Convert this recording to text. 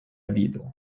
vido